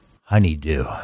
Honeydew